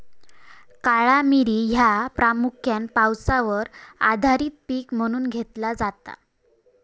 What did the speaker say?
काळा मिरी ह्या प्रामुख्यान पावसावर आधारित पीक म्हणून घेतला जाता